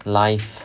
life